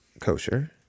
kosher